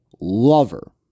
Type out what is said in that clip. lover